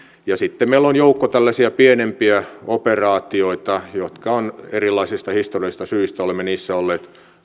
sitten meillä on joukko tällaisia pienempiä operaatioita joissa erilaisista historiallisista syistä olemme olleet